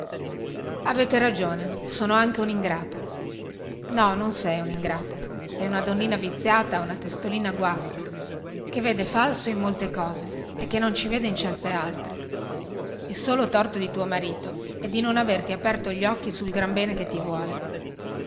avete ragione sono anche uningrata no non sei ingrata sei una donnina viziata una testolina guasta che vede falso in molte cose e che non ci vede in certe altre il solo torto di tuo marito è di non averti aperto gli occhi sul gran bene che ti vuole